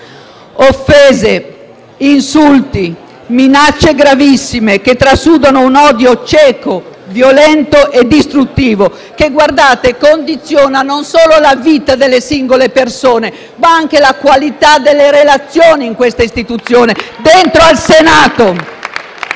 offese, insulti e minacce gravissime che trasudano un odio cieco, violento e distruttivo, che condiziona non solo la vita delle singole persone, ma anche la qualità delle relazioni in questa istituzione, dentro al Senato!